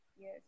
yes